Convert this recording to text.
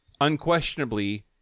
unquestionably